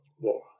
more